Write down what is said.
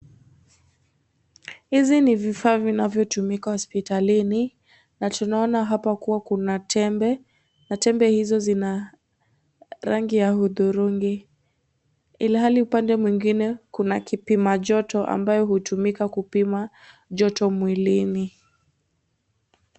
Hizi ni vifaa vinavyotumika hospitalini na tunaona hapa kuwa kuna tembe na tembe hizo zina rangi ya hudhurungi ilhali upande mwingine kuna kipimajoto ambacho hutumika kupima joto mwilini.